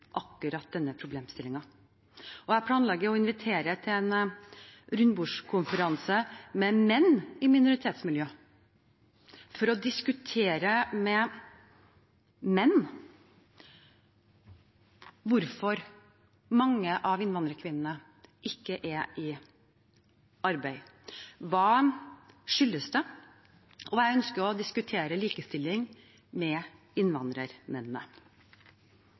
akkurat denne problemstillingen. Jeg planlegger å invitere til en rundebordskonferanse med menn i minoritetsmiljø for å diskutere med menn hvorfor mange av innvandrerkvinnene ikke er i arbeid. Hva skyldes det? Jeg ønsker å diskutere likestilling med